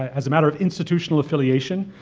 as a matter of institutional affiliation,